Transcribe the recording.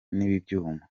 n’ibyuma